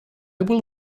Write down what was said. will